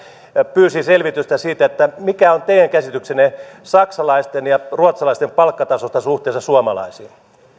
pyysi selvitystä siitä mikä on teidän käsityksenne saksalaisten ja ruotsalaisten palkkatasosta suhteessa suomalaisiin